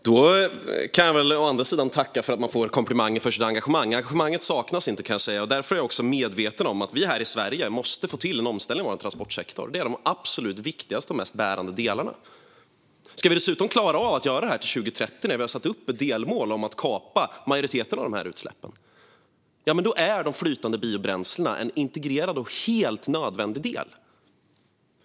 Fru talman! Då tackar jag för komplimangen angående mitt engagemang. Det engagemanget saknas inte, kan jag säga, och därför är jag också medveten om att vi här i Sverige måste få till en omställning av vår transportsektor. Det är de absolut viktigaste och mest bärande delarna. Ska vi dessutom klara av att göra det här till 2030, när vi har satt upp ett delmål om att kapa majoriteten av de här utsläppen, är de flytande biobränslena en integrerad och helt nödvändig del.